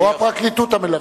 או הפרקליטות המלווה.